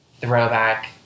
throwback